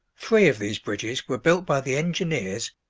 three of these bridges were built by the engineers,